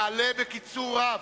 יעלה בקיצור רב,